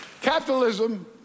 Capitalism